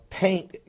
paint